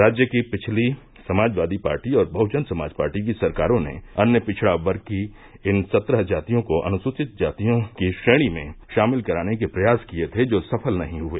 राज्य की पिछली समाजवादी पार्टी और बहुजन समाज पार्टी की सरकारों ने अन्य पिछड़ा वर्ग की इन सत्रह जातियों को अनुसूचित जातियों की श्रेणी में शामिल कराने के प्रयास किए थे जो सफल नहीं हुए